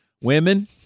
Women